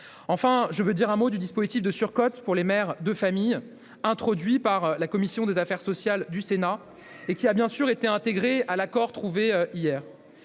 Enfin, je dirai un mot du dispositif de surcote pour les mères de famille, introduit par la commission des affaires sociales du Sénat et bien sûr intégré à l'accord trouvé hier.